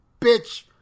bitch